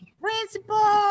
Principal